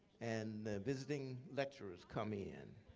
and the visiting lecturers come in.